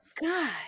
God